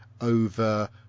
over